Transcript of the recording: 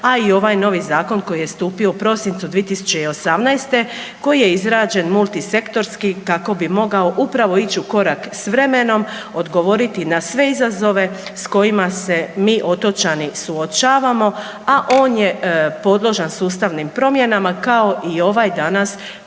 A i ovaj novi zakon koji je stupio u prosincu 2018. koji je izrađen multisektorski kako b mogao upravo ić u korak s vremenom, odgovoriti na sve izazove s kojima se mi otočani suočavamo, a on je podložan sustavnim promjenama kao i ovaj danas